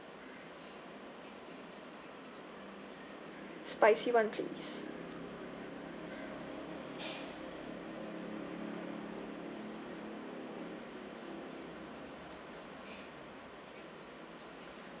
spicy [one] please